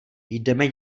jdeme